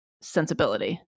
sensibility